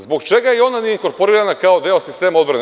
Zbog čega i ona nije inkorporirana kao deo sistema odbrane?